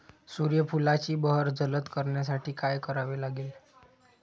सूर्यफुलाची बहर जलद करण्यासाठी काय करावे लागेल?